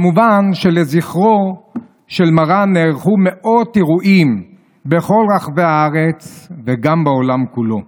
כמובן שלזכרו של מרן נערכו מאות אירועים בכל רחבי הארץ וגם בעולם כולו.